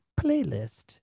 playlist